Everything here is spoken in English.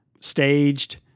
staged